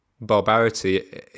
barbarity